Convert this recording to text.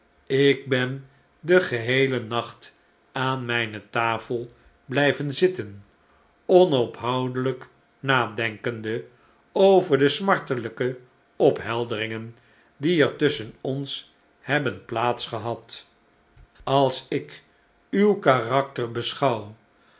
ik ben den geheelen nacht aan mijne tafel blijven zitten onophoudeiijk nadenkende over de smartelijke ophelderingen die er tusscben ons hebben plaats gehad als ik uw karakter beschouw